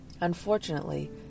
Unfortunately